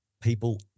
people